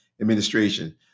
administration